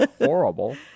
horrible